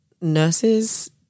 nurses